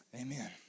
Amen